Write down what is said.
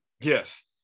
Yes